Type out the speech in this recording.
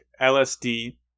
LSD